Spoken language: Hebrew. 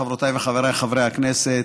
חברותיי וחבריי חברי הכנסת,